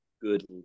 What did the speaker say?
good